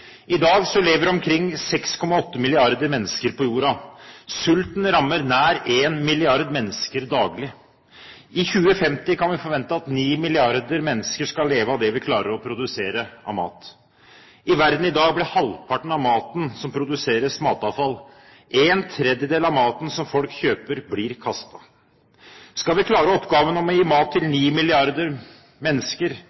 I dag lever omkring 6,8 milliarder mennesker på jorden. Sulten rammer nær en milliard mennesker daglig. I 2050 kan vi forvente at ni milliarder mennesker skal leve av det vi klarer å produsere av mat. I verden i dag blir halvparten av maten som produseres, matavfall. ⅓ av maten som folk kjøper, blir kastet. Skal vi klare oppgaven med å gi mat til